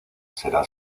será